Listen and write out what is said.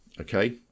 okay